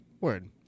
Word